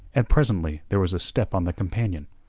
and presently there was a step on the companion.